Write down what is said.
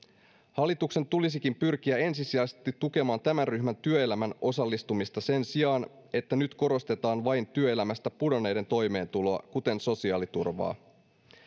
hallituksen tulisikin pyrkiä ensisijaisesti tukemaan tämän ryhmän työelämään osallistumista sen sijaan että nyt korostetaan vain työelämästä pudonneiden toimeentuloa kuten sosiaaliturvaa